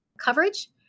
coverage